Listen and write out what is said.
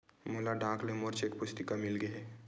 मोला डाक ले मोर चेक पुस्तिका मिल गे हे